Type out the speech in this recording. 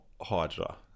Hydra